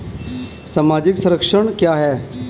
सामाजिक संरक्षण क्या है?